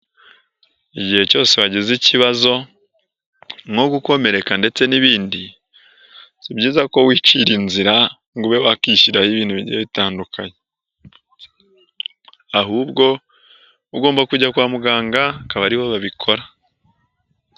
Igihe cyose wagize ikibazo, nko gukomereka ndetse n’ibindi, sibyiza ko wicira inzira ngo ube wakwishyiraho ibintu bigiye bitandukanye, ahubwo ugomba kujya kwa muganga akaba aribo babikora.